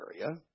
area